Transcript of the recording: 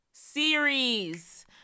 Series